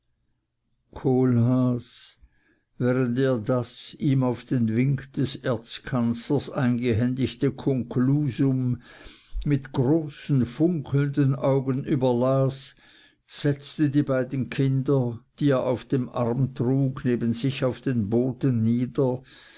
kohlhaas während er das ihm auf den wink des erzkanzlers eingehändigte konklusum mit großen funkelnden augen überlas setzte die beiden kinder die er auf dem arm trug neben sich auf den boden nieder